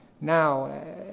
now